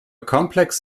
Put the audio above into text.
complex